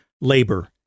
labor